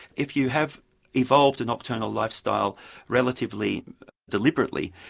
if you have evolved a nocturnal lifestyle relatively deliberately,